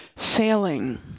Sailing